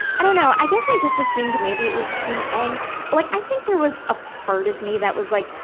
i dunno. i guess i just assumed maybe it was teen angst. like, i think there was a part of me that was, like,